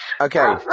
Okay